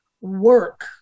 work